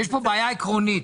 יש פה בעיה עקרונית.